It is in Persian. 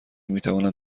میتوانند